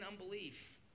unbelief